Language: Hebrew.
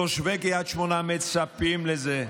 תושבי קריית שמונה מצפים לזה,